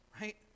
Right